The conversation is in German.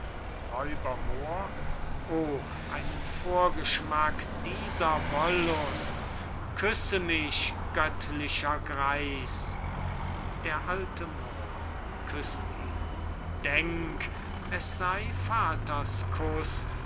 o einen vorschmack dieser wollust küsse mich göttlicher greis d a moor küßt ihn denk es sey